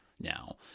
now